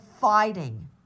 fighting